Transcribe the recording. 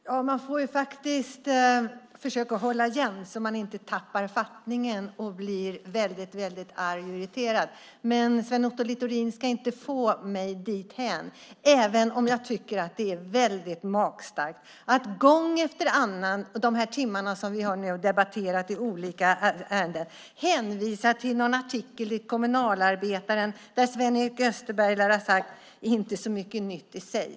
Herr talman! Man får hålla igen så att man inte tappar fattningen och blir väldigt arg och irriterad. Men Sven Otto Littorin ska inte få mig dithän, även om jag tycker att det är magstarkt att gång efter annan under de timmar vi har debatterat olika ärenden hänvisa till en artikel i Kommunalarbetaren där Sven-Erik Österberg lär ha sagt: Inte så mycket nytt i sig.